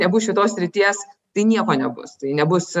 nebus šitos srities tai nieko nebus tai nebus